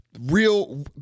real